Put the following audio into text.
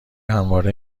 همواره